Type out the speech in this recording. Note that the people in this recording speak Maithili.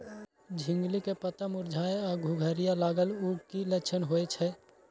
झिंगली के पत्ता मुरझाय आ घुघरीया लागल उ कि लक्षण होय छै?